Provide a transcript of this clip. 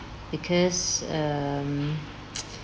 because um